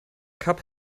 cup